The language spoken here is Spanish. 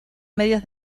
medios